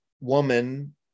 woman